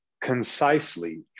Concisely